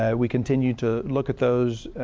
ah we continue to look at those.